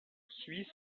suit